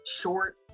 short